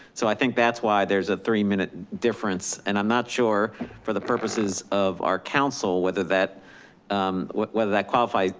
so i think that's why there's a three minute difference. and i'm not sure for the purposes of our council, whether that um whether that qualifies,